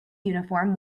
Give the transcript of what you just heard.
uniform